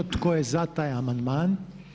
Tko je za taj amandman?